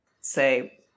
say